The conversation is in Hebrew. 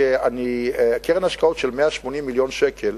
קרן השקעות של 180 מיליון שקל,